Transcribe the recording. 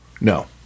No